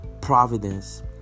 Providence